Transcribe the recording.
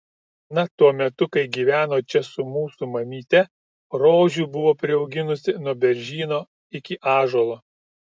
na tuo metu kai gyveno čia su mūsų mamyte rožių buvo priauginusi nuo beržyno iki ąžuolo